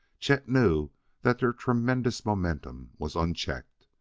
chet knew that their tremendous momentum was unchecked.